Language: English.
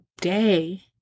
day